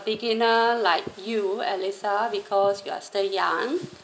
beginner like you alyssa because you are still young